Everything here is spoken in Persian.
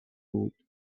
بود